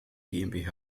gmbh